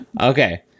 Okay